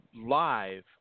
live